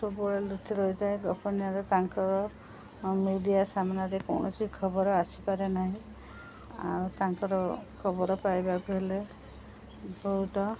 ସବୁବେଳେ ଲୁଚି ରହିଥାଏ ଗୋପନୀୟତା ତାଙ୍କର ମିଡ଼ିଆ ସାମ୍ନାରେ କୌଣସି ଖବର ଆସିପାରେ ନାହିଁ ଆଉ ତାଙ୍କର ଖବର ପାଇବାକୁ ହେଲେ ବହୁତ